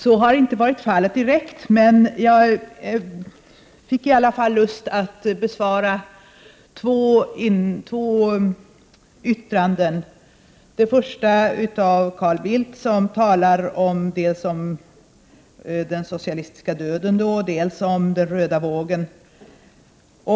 Så har inte direkt varit fallet, men jag fick i alla fall lust att besvara två yttranden. Carl Bildt talade om den socialistiska döden och om den röda vågen.